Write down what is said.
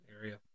area